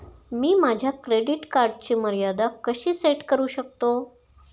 मी माझ्या क्रेडिट कार्डची मर्यादा कशी सेट करू शकतो?